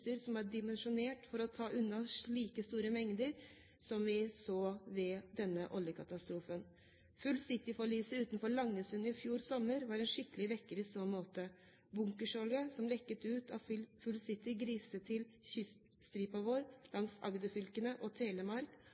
utstyr som er dimensjonert for å ta unna slike store mengder som det vi så ved denne oljekatastrofen. «Full City»-forliset utenfor Langesund i fjor sommer var en skikkelig vekker i så måte. Bunkersoljen som lekket ut av «Full City», griset til kyststripen langs Agder-fylkene og Telemark,